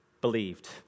believed